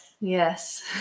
Yes